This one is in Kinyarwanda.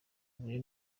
uburere